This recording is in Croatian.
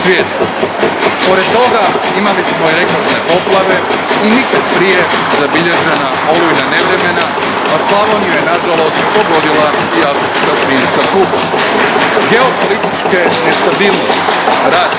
Pored toga, imali smo i rekordne poplave i nikad prije zabilježena olujna nevremena, a Slavoniju je nažalost pogodila i afrička svinjska kuga. Geopolitičke nestabilnosti, rat